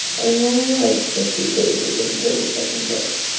i'm only like fifty pages and into the second book